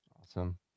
Awesome